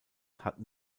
hatten